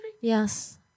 Yes